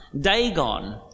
Dagon